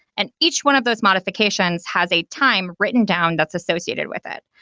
and each one of those modifications has a time written down that's associated with it.